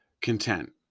content